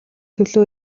төлөө